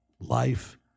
Life